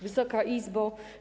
Wysoka Izbo!